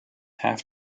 have